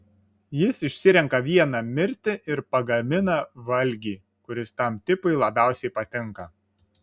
jis išsirenka vieną mirti ir pagamina valgį kuris tam tipui labiausiai patinka